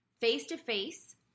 Face-to-face